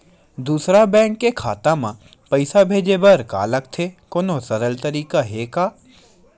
दूसरा बैंक के खाता मा पईसा भेजे बर का लगथे कोनो सरल तरीका हे का?